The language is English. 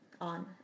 On